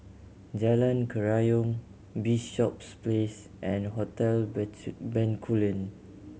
Jalan Kerayong Bishops Place and Hotel Bencoolen